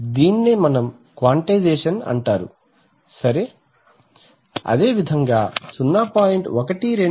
దీనిని క్వాంటైజేషన్ అంటారు సరే అదేవిధంగా 0